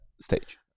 stage